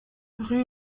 rue